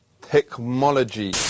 technology